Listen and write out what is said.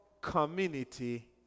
community